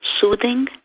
soothing